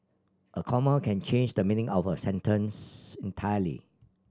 a comma can change the meaning of a sentence entirely